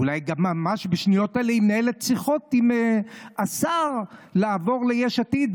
אולי גם ממש בשניות אלה היא מנהלת שיחות עם השר לעבור ליש עתיד,